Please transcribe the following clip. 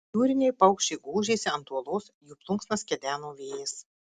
jūriniai paukščiai gūžėsi ant uolos jų plunksnas kedeno vėjas